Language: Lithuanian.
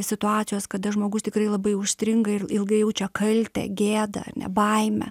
situacijos kada žmogus tikrai labai užstringa ir ilgai jaučia kaltę gėdą baimę